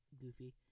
goofy